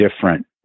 different